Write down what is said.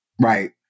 Right